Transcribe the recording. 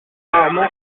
rarement